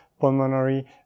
pulmonary